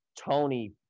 Tony